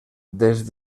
des